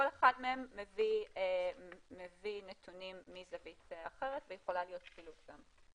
כל אחד מהם מביא נתונים מזווית אחרת ויכולה להיות כפילות גם,